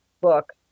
book